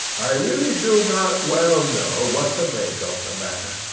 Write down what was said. i really do not well know what to make of the matter.